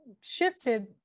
shifted